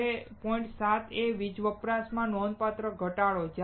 હવે પોઇન્ટ 7 એ વીજ વપરાશ માં નોંધપાત્ર ઘટાડો છે